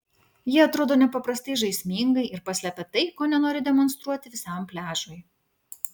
jie atrodo nepaprastai žaismingai ir paslepia tai ko nenori demonstruoti visam pliažui